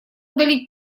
удалить